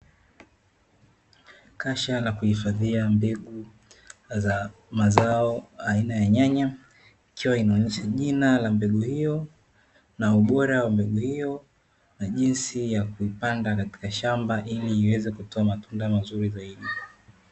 Kasha la kuhifadhia mbegu za mazao aina ya nyanya, ikiwa inaonesha jina la mbegu hiyo, na ubora wa mbegu hiyo, na jinsi ya kuipanda katika shamba, ili iweze kutoa matunda mazuri zaidi.